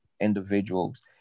individuals